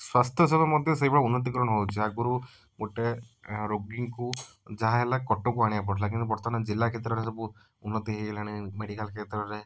ସ୍ୱାସ୍ଥ୍ୟ ସେବା ମଧ୍ୟ ଉନ୍ନତିକରଣ ହେଉଛି ଆଗରୁ ଗୋଟେ ରୋଗୀଙ୍କୁ ଯାହାହେଲା କଟକକୁ ଆଣିବାକୁ ପଡ଼ୁଥିଲା କିନ୍ତୁ ବର୍ତ୍ତମାନ ଜିଲ୍ଲା କେତେଗୁଡ଼ିଏ ସବୁ ଉନ୍ନତି ହେଇଗଲାଣି ମେଡ଼ିକାଲ୍ କ୍ଷେତ୍ରରେ